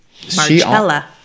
Marcella